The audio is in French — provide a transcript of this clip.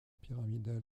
pyramidale